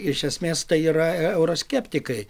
iš esmės tai yra e euroskeptikai